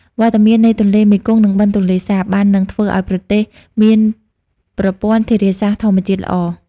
វត្តមាននៃទន្លេមេគង្គ និងបឹងទន្លេសាបបានធ្វើឱ្យប្រទេសមានប្រព័ន្ធធារាសាស្ត្រធម្មជាតិល្អ។